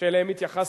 שאליהם התייחסת,